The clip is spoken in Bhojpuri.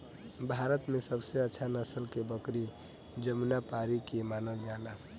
भारत में सबसे अच्छा नसल के बकरी जमुनापारी के मानल जाला